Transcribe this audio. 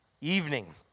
evening